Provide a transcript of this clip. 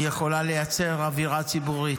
היא יכולה לייצר אווירה ציבורית,